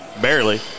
Barely